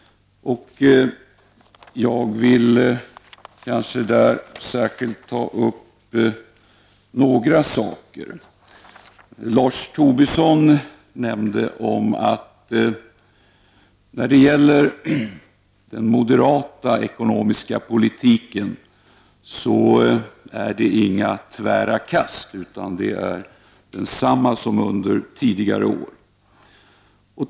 Jag vill i detta sammanhang särskilt ta upp ett par frågor. Lars Tobisson sade att den moderata ekonomiska politiken inte innebär några tvära kast, utan den är densamma nu som under tidigare år.